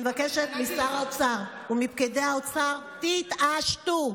אני מבקשת משר האוצר ומפקידי האוצר: תתעשתו.